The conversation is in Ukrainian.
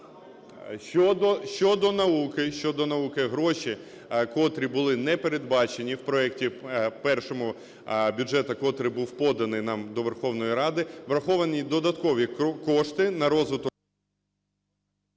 Щодо науки, гроші, котрі були не передбачені в проекті першому бюджету, котрий був поданий нам до Верховної Ради, враховані додаткові кошти на розвиток…